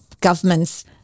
governments